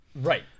Right